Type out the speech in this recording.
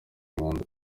umwanzuro